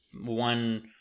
one